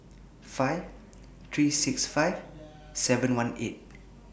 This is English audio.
five three six five seven one eight